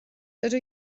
dydw